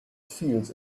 fields